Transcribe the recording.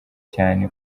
cyane